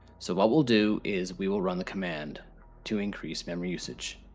so, what we'll do is we will run the command to increase memory usage.